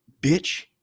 bitch